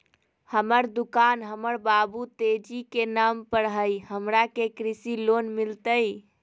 हमर दुकान हमर बाबु तेजी के नाम पर हई, हमरा के कृषि लोन मिलतई?